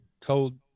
told